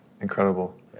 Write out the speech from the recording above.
Incredible